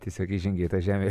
tiesiog įžengei į tą žemę